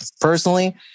personally